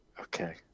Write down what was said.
Okay